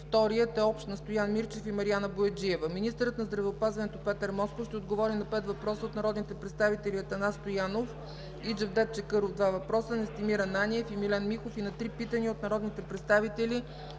Антони Тренчев; и Стоян Мирчев и Мариана Бояджиева. 8. Министърът на здравеопазването Петър Москов ще отговори на пет въпроса от народните представители Атанас Стоянов; и Джевдет Чакъров (два въпроса); Настимир Ананиев; и Милен Михов и на 3 питания от народните представители